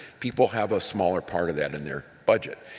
people have a smaller part of that in their budget.